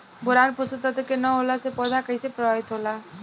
Boron पोषक तत्व के न होला से पौधा कईसे प्रभावित होला?